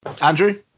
Andrew